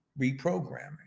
reprogramming